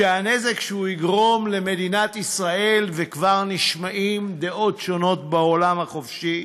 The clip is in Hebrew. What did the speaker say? שהנזק שהוא יגרום למדינת ישראל וכבר נשמעות דעות שונות בעולם החופשי,